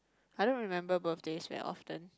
I don't remember birthdays very often